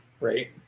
Right